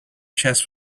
chest